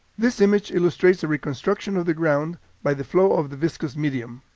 this image illustrates the reconstitution of the ground by the flow of the viscous medium.